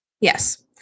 Yes